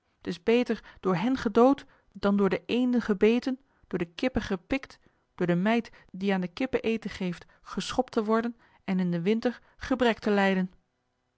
is beter door hen gedood dan door de eenden gebeten door de kippen gepikt door de meid die aan de kippen eten geeft geschopt te worden en in den winter gebrek te lijden